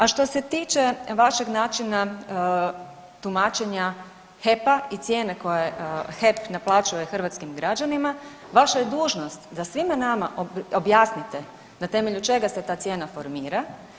A što se tiče vašeg načina tumačenja HEP-a i cijene koju HEP naplaćuje hrvatskim građanima vaša je dužnost da svima nama objasnite na temelju čega se ta cijena formira.